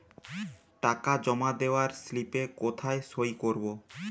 টাকা জমা দেওয়ার স্লিপে কোথায় সই করব?